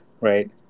right